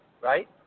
right